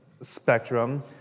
spectrum